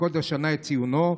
לפקוד השנה את ציונו.